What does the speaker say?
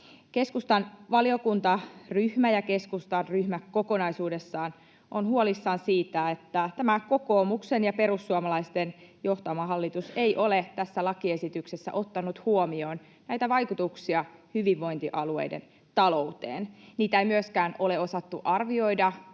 Keskustan valiokuntaryhmä ja keskustan ryhmä kokonaisuudessaan ovat huolissaan siitä, että tämä kokoomuksen ja perussuomalaisten johtama hallitus ei ole tässä lakiesityksessä ottanut huomioon näitä vaikutuksia hyvinvointialueiden talouteen. Niitä ei myöskään ole osattu arvioida